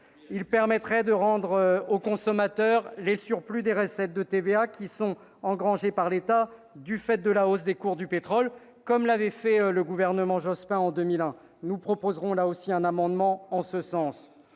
permettrait de rendre aux consommateurs les surplus des recettes de TVA engrangés par l'État du fait de la hausse des cours du pétrole, comme l'avait fait le gouvernement Jospin en 2001. Nous proposerons un amendement dans ce sens